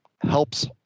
helps